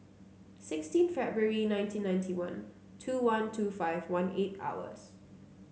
sixteen February nineteen ninety one two one two five one eight hours